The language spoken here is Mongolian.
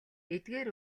эдгээр